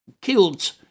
killed